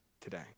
today